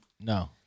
No